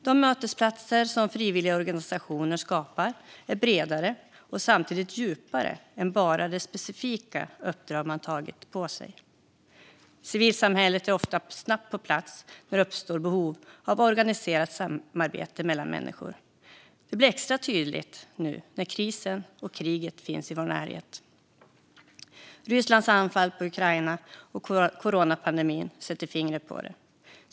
De mötesplatser som frivilliga organisationer skapar är bredare och samtidigt djupare än bara det specifika uppdrag de tagit på sig. Civilsamhället är ofta snabbt på plats när det uppstår behov av organiserat samarbete mellan människor. Det blir extra tydligt nu när krisen och kriget finns i vår närhet - Rysslands anfall mot Ukraina och coronapandemin sätter fingret på det.